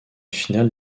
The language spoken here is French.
finale